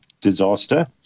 disaster